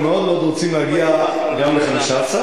אנחנו מאוד מאוד רוצים להגיע גם ל-15,